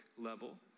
level